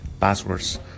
passwords